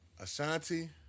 Ashanti